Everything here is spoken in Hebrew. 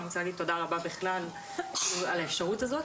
אני רוצה להגיד תודה רבה בכלל על האפשרות הזאת.